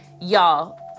y'all